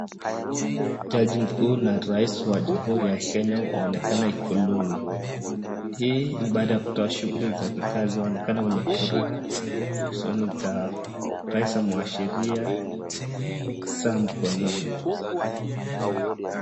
Jaji mkuu na rais wa Jamuhuri ya Kenya waonekana Ikuluni .Hii ni baada ya kutoa shughuli za kikazi. Wanaonekana wenye furaha nyusoni zao. Rais amewashiria saa mkononi.